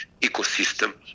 ecosystem